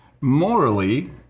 Morally